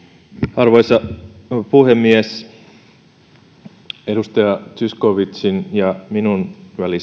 arvoisa puhemies edustaja zyskowiczin ja minun